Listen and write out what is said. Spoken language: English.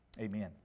amen